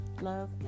love